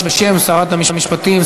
בשם שרת המשפטים,